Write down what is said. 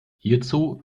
hierzu